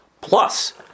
plus